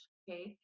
okay